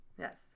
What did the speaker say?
Yes